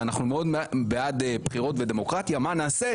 ואנחנו מאוד בעד בחירות ודמוקרטיה מה נעשה?